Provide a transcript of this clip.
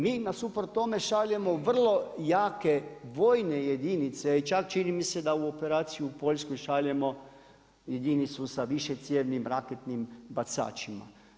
Mi nasuprot tome šaljemo vrlo jake vojne jedinice i čak čini mi se da u operaciju u Poljsku šaljemo jedinicu sa višecijevnim raketnim bacačima.